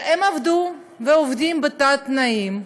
הם עבדו ועובדים בתת-תנאים.